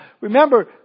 remember